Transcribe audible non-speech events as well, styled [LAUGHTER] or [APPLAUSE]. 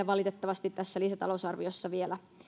[UNINTELLIGIBLE] valitettavasti tässä lisätalousarviossa vielä